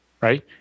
right